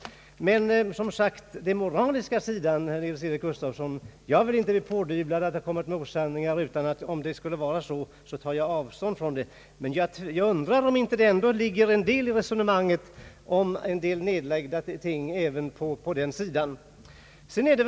Vad beträffar den moraliska sidan, herr Nils-Eric Gustafsson, vill jag inte bli pådyvlad att ha kommit med medvetna osanningar, utan jag tar givetvis avstånd från vad jag kan ha sagt som inte är riktigt. Men jag undrar om det inte ligger en del i resonemanget om nedlagda fabriker på detta område.